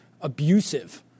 abusive